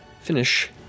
finish